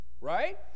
Right